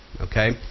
okay